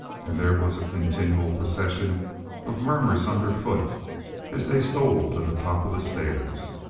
and there was a continual procession of murmurs underfoot as they stole to the top of the stairs.